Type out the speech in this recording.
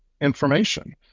information